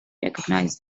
recognize